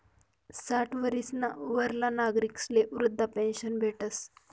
साठ वरीसना वरला नागरिकस्ले वृदधा पेन्शन भेटस